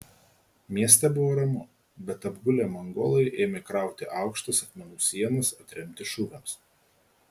mieste buvo ramu bet apgulę mongolai ėmė krauti aukštas akmenų sienas atremti šūviams